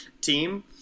Team